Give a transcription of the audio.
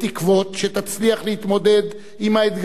עם האתגרים העצומים העומדים בפניך.